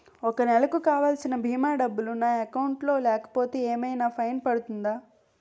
ఒక నెలకు కావాల్సిన భీమా డబ్బులు నా అకౌంట్ లో లేకపోతే ఏమైనా ఫైన్ పడుతుందా?